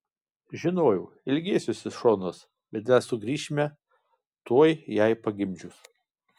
žinojau ilgėsiuosi šonos bet mes sugrįšime tuoj jai pagimdžius